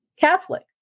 Catholic